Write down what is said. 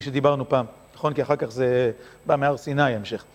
כפי שדיברנו פעם, נכון? כי אחר כך זה בא מהר סיני ההמשך.